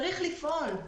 צריך לפעול.